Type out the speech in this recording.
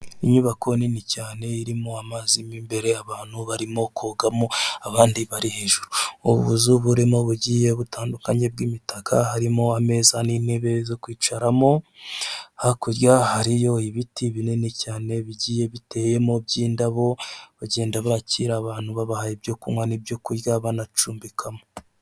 Inyubako nini cyane irimo amazi mo imbere abantu barimo kogamo abandi bari hejuru mu nzu burimo bugiye butandukanye bw'imitaka harimo ameza n'intebe zo kwicaramo hakurya hariyo ibiti binini cyane bigiye biteyemo by'indabo bagenda bakira abantu babaha ibyo kunywa n'ibyokurya banacumbikamo.